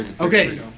Okay